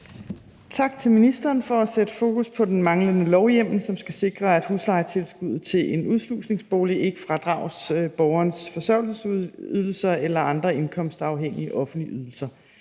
Tak til ministeren for at sætte fokus på den manglende lovhjemmel, som skal sikre, at huslejetilskuddet til en udslusningsbolig ikke fradrages borgerens forsørgelsesydelser eller andre indkomstafhængige offentlige ydelser.